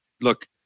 look